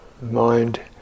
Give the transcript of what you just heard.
mind